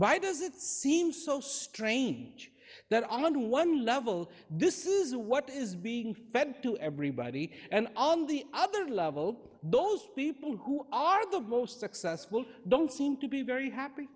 why does it seem so strange that on one level this is what is being fed to everybody and on the other level those people who are the most successful don't seem to be very happy